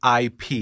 IP